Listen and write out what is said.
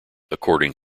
according